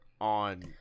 on